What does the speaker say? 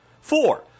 Four